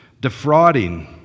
defrauding